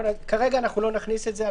כרגע לא נכניס את זה.